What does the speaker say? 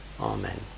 Amen